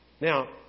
Now